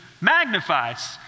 magnifies